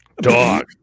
Dog